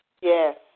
Yes